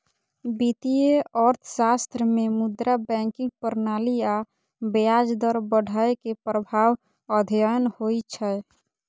वित्तीय अर्थशास्त्र मे मुद्रा, बैंकिंग प्रणाली आ ब्याज दर बढ़ै के प्रभाव अध्ययन होइ छै